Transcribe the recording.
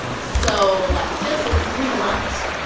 so, like, just in three months,